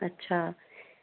अच्छा